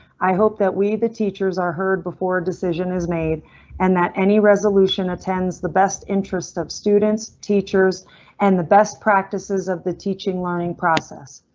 i hope that we, the teachers, are heard before a decision is made and that any resolution attends the best interest of students, teachers and the best practices of the teaching learning process.